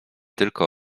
tylko